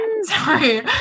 sorry